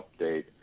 update